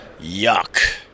Yuck